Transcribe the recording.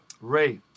Ray